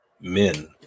men